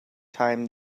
time